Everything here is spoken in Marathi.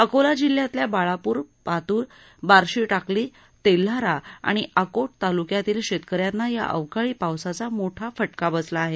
अकोला जिल्ह्यातल्या बाळापूर पातूर बार्शीटाकली तेल्हारा आणि आकोट तालुक्यातील शेतकऱ्यांना या अवकाळी पावसाचा मोठा फटका बसला आहे